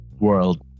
world